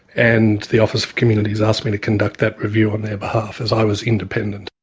and the office of communities asked me to conduct that review on their behalf as i was independent.